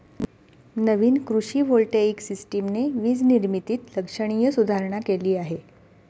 नवीन कृषी व्होल्टेइक सिस्टमने वीज निर्मितीत लक्षणीय सुधारणा केली आहे